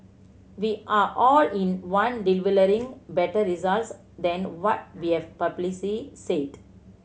we are all in one delivering better results than what we have publicly said